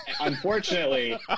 Unfortunately